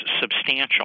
substantial